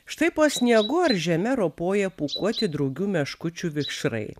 štai po sniegu ar žeme ropoja pūkuoti drugių meškučių vikšrai